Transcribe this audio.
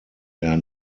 der